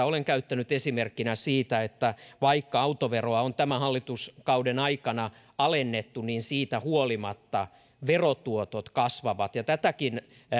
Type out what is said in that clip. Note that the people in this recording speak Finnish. olen käyttänyt esimerkkinä siitä että vaikka autoveroa on tämän hallituskauden aikana alennettu siitä huolimatta verotuotot kasvavat tätäkin